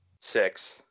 Six